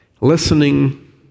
Listening